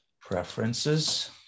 Preferences